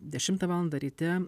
dešimtą valandą ryte